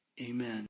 Amen